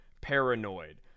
paranoid